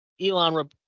Elon